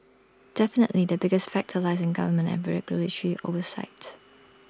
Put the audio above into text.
definitely the biggest factor lies in government and regulatory oversight